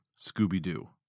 Scooby-Doo